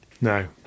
No